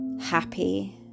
happy